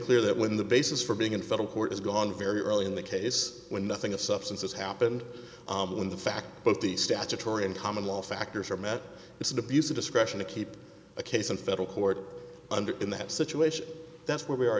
clear that when the basis for being in federal court is gone very early in the case when nothing of substance has happened when the fact both the statutory and common law factors are met it's an abuse of discretion to keep a case in federal court under in that situation that's where we are